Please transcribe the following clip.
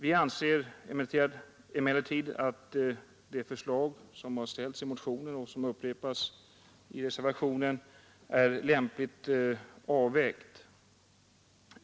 Vi anser emellertid att det förslag som framläggs i motionen och som upprepas i reservationen är lämpligt avvägt.